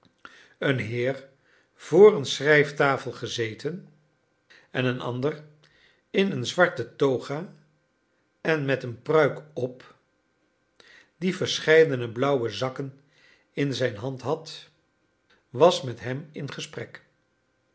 een heer voor eene schrijftafel gezeten en een ander in een zwarten toga en met een pruik op die verscheidene blauwe zakken in zijn hand had was met hem in gesprek